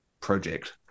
project